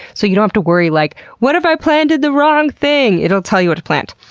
so you don't have to worry, like, what if i planted the wrong thing? it will tell you what to plant.